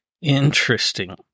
Interesting